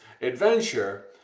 adventure